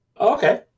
Okay